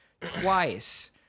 twice